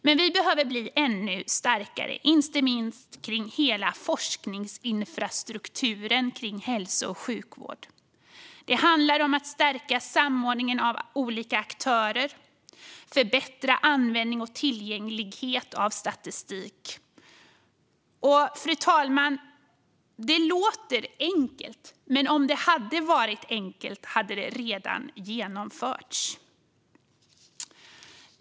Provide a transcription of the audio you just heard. Men vi behöver bli ännu starkare, inte minst i hela forskningsinfrastrukturen kring hälso och sjukvård. Det handlar om att stärka samordningen av olika aktörer och förbättra användning och tillgänglighet av statistik. Det låter enkelt, fru talman, men om det hade varit enkelt hade det redan genomförts.